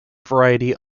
variety